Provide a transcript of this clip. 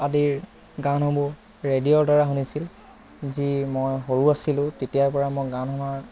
আদিৰ গানসমূহ ৰেডিঅ'ৰ দ্বাৰা শুনিছিল যি মই সৰু আছিলোঁ তেতিয়াৰ পৰা মই গান শুনাৰ